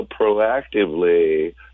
proactively